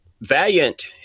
Valiant